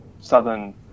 southern